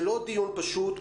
זה לא דיון פשוט,